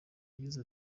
yagize